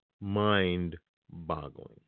Mind-boggling